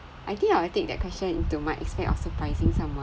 I think I'll take that question into my aspect of surprising someone